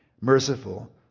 merciful